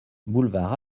boulevard